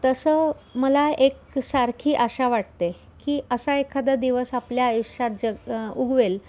तसं मला एक सारखी आशा वाटते की असा एखादा दिवस आपल्या आयुष्यात जग उगवेल